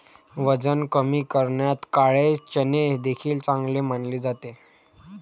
वजन कमी करण्यात काळे चणे देखील चांगले मानले जाते